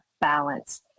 balance